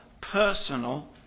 personal